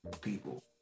people